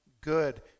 good